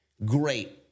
Great